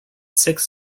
six